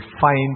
find